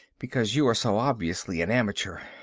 because you are so obviously an amateur.